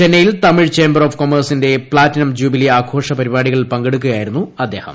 ചെന്നൈയിൽ Tamil chamber of കോമേഴ്സിന്റെ platinum jubilee ആഘോഷ പരിപാടികളിൽ പങ്കെടുക്കുകയായിരുന്നു അദ്ദേഹം